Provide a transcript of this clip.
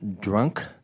drunk